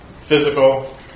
physical